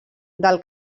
del